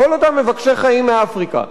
כל אותם מבקשי חיים מאפריקה,